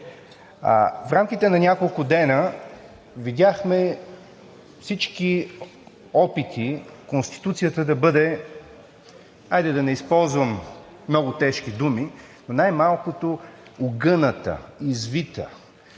В рамките на няколко дни видяхме всички опити Конституцията да бъде, хайде да не използвам много тежки думи, но най-малкото огъната, извита,